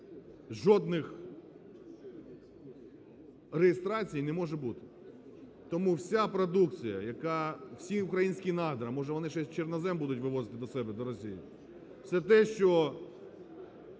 жодних реєстрацій не може бути. Тому вся продукція яка… всі українські надра – може вони ще чорнозем будуть вивозить до себе до Росії? – все те, що